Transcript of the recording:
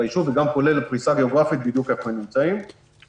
כי הם לא יכולים להפעיל את הכלים שלהם בתוך התמנ"ע מכל מיני סיבות,